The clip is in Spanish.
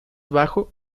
bajo